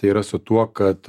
tai yra su tuo kad